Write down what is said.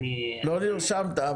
אין לי --- לא נרשמת,